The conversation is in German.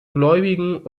gläubigen